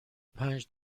پنج